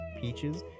peaches